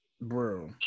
Bro